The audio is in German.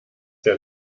sehr